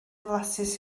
flasus